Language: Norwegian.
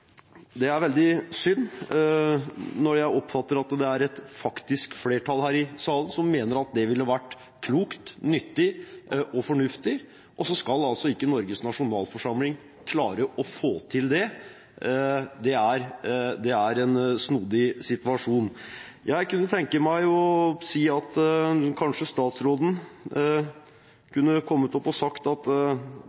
Det er veldig synd, når jeg oppfatter at det er et faktisk flertall her i salen som mener at det ville vært klokt, nyttig og fornuftig – og så skal ikke Norges nasjonalforsamling klare å få til dette. Det er en snodig situasjon. Jeg kunne tenke meg at statsråden kanskje kunne kommet opp og sagt at